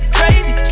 crazy